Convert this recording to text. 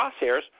crosshairs